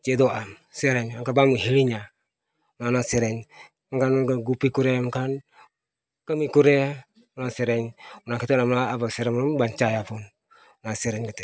ᱪᱮᱫᱚᱜ ᱟᱢ ᱥᱮᱨᱮᱧ ᱚᱱᱠᱟ ᱵᱟᱢ ᱦᱤᱲᱤᱧᱟ ᱚᱱᱟ ᱥᱮᱨᱮᱧ ᱜᱟᱱ ᱫᱚ ᱜᱩᱯᱤ ᱠᱚᱨᱮ ᱮᱱᱠᱷᱟᱱ ᱠᱟᱹᱢᱤ ᱠᱚᱨᱮ ᱚᱱᱟ ᱥᱮᱨᱮᱧ ᱚᱱᱟ ᱠᱷᱟᱹᱛᱤᱨ ᱟᱵᱚᱣᱟᱜ ᱥᱮᱨᱮᱧ ᱵᱟᱧᱪᱟᱣᱟᱵᱚᱱ ᱚᱱᱟ ᱥᱮᱨᱮᱧ ᱠᱟᱛᱮᱫ